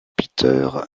peter